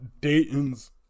Dayton's